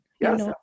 Yes